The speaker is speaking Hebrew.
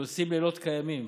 שעושים לילות כימים,